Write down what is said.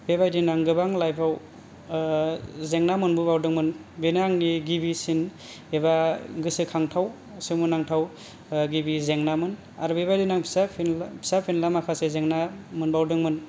बेबादिनो आं गोबां लाइफआव जेंना मोनबो बावदोंमोन बेनो आंनि गिबिसिन एबा गोसोखांथाव सोमोनांथाव गिबि जेंनामोन आरो बेबादिनो आं फिसा फेनला फिसा फेनला माखासे जेंना मोनबावदोंमोन